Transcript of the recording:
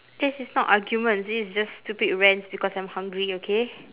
this is not argument this is just stupid rants because I'm hungry okay